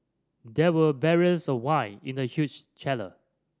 there were barrels of wine in the huge cellar